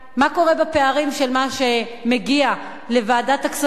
מה קורה בפערים של מה שמגיע לוועדת הכספים,